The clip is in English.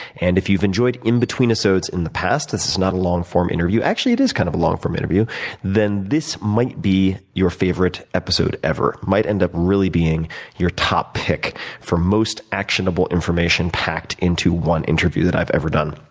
and if you've enjoyed in between isodes in the past, this is not a long form interview actually it is kind of a long form interview then this might be your favorite episode ever. it might end up really being your top pick for most actionable information packed into one interview that i've ever done.